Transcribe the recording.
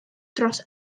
dros